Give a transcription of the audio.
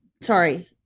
sorry